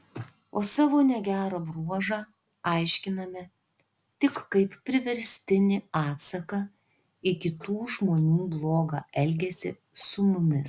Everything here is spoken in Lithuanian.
o savo negerą bruožą aiškiname tik kaip priverstinį atsaką į kitų žmonių blogą elgesį su mumis